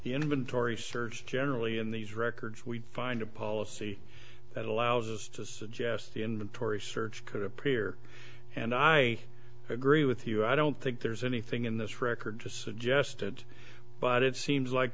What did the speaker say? inventory search generally in these records we find a policy that allows us to suggest the inventory search could appear and i agree with you i don't think there's anything in this record to suggested but it seems like